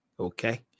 Okay